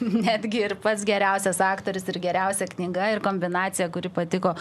netgi ir pats geriausias aktorius ir geriausia knyga ir kombinacija kuri patiko